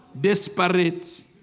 Desperate